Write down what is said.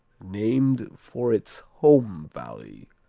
named for its home valley.